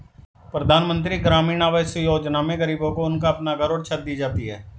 प्रधानमंत्री ग्रामीण आवास योजना में गरीबों को उनका अपना घर और छत दी जाती है